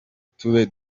tube